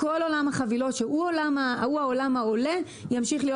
כל עולם החבילות שהוא העולם העולה ימשיך להיות